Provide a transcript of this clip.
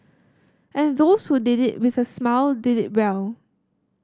and those who did it with a smile did it well